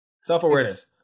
Self-awareness